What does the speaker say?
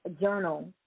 journal